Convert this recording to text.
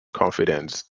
confidence